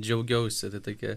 džiaugiausi tai tokia